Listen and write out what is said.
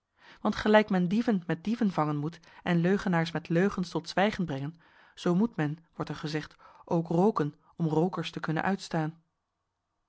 want gelijk men dieven met dieven vangen moet en leugenaars met leugens tot zwijgen brengen zoo moet men wordt er gezegd ook rooken om rookers te kunnen uitstaan